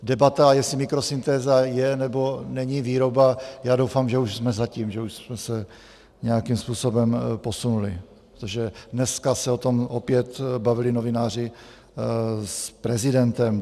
Debata, jestli mikrosyntéza je nebo není výroba, já doufám, že už jsme za tím, že už jsme se nějakým způsobem posunuli, protože dneska se o tom opět bavili novináři s prezidentem.